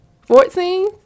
Fourteen